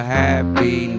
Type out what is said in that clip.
happy